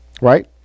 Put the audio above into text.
right